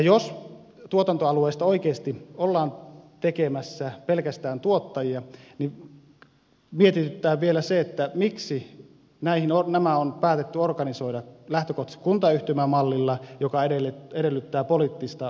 jos tuotantoalueista oikeasti ollaan tekemässä pelkästään tuottajia niin mietityttää vielä se miksi nämä on päätetty organisoida lähtökohtaisesti kuntayhtymämallilla joka edellyttää poliittista päätöksentekoa ja hallintoa